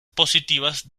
positivas